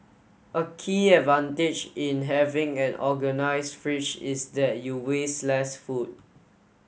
a key advantage in having an organised fridge is that you waste less food